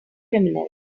criminals